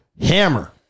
hammer